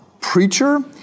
preacher